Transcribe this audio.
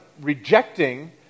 rejecting